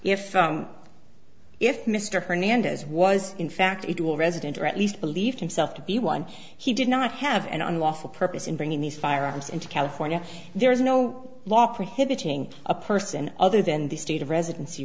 if if mr hernandez was in fact it will resident or at least believed himself to be one he did not have an unlawful purpose in bringing these firearms into california there is no law prohibiting a person other than the state of residency